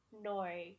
No